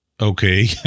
Okay